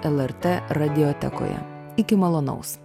lrt radiotekoje iki malonaus